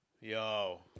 Yo